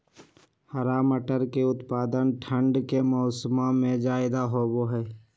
हरा मटर के उत्पादन ठंढ़ के मौसम्मा में ज्यादा होबा हई